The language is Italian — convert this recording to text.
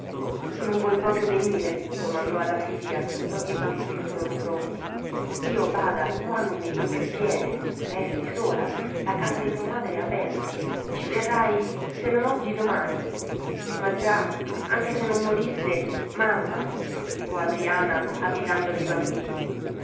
non vuoi proprio venire domandò alla figlia quando i bambini furono pronti io bada qua non metto più piede resti sola la casa di tua madre è aperta ci verrai se non oggi domani ma già anche se non morisse mamma supplicò adriana additandole i bambini